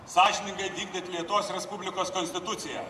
sąžiningai vykdyt lietuvos respublikos konstituciją